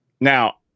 now